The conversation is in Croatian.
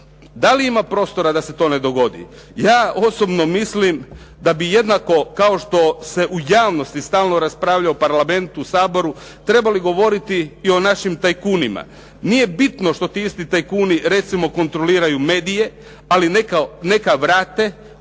Da li ima prostora da se to ne dogodi? Ja osobno mislim da bi jednako kao što se u javnosti stalno raspravlja o Parlamentu, Saboru, trebali govoriti i o našim tajkunima. Nije bitno što ti isti tajkuni recimo kontroliraju medije ali neka vrate ono